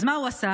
אז מה הוא עשה?